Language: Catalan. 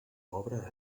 obra